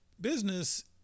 business